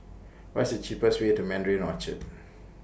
What's The cheapest Way to Mandarin Orchard